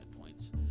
points